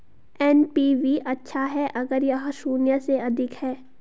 NPV अच्छा है अगर यह शून्य से अधिक है